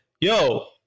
yo